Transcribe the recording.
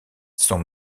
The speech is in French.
son